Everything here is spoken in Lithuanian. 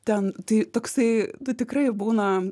ten tai toksai tu tikrai būna